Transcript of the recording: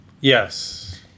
Yes